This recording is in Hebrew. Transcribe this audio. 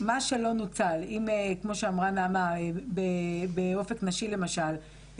מה שלא נוצל, כמו שאמרה נעמה, באופק נשי למשל,